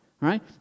right